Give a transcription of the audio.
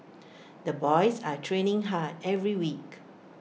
the boys are training hard every week